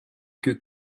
que